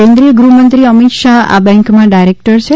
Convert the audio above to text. કેન્દ્રીય ગૃહમંત્રી અમિત શાહ આ બેન્કમાં ડાયરેક્ટર છે